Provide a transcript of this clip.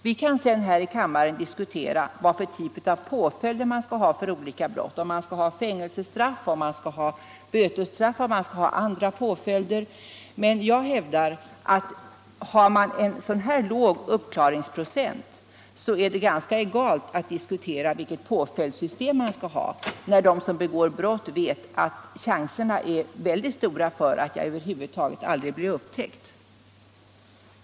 Vi kan sedan här i kammaren diskutera vilken typ av påföljd man skall ha för olika brott —- fängelsestraff, bötesstraff eller andra påföljder — men jag hävdar att det om man har en så låg uppklaringsprocent är ganska egalt att diskutera vilket påföljdssystem man skall ha. De som begår brott vet då att chanserna är väldigt stora att de över huvud taget aldrig blir upptäckta.